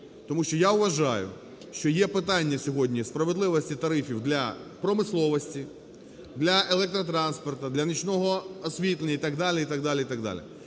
Тому що я вважаю, що є питання сьогодні справедливості тарифів для промисловості, для електротранспорту, для нічного освітлення і так далі,